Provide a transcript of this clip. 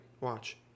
Watch